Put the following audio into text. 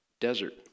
desert